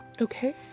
Okay